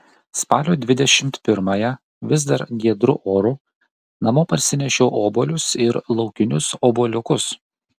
spalio dvidešimt pirmąją vis dar giedru oru namo parsinešiau obuolius ir laukinius obuoliukus